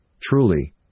Truly